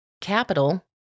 Capital